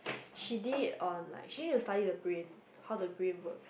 she did it on like she need to study the brain how the brain works